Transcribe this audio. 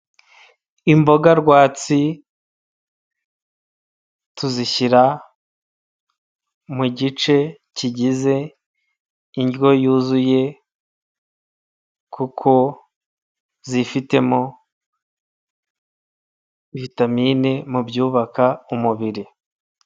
Imboga rwatsi tuzishyira mu gice kigize indyo yuzuye kuko zifitemo vitamine mu byubaka umubiri.